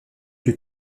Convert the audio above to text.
plus